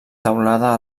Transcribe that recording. teulada